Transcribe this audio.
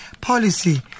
policy